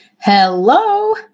Hello